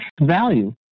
value